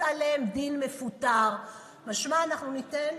חשוב מאוד שאנחנו נהיה במקומם.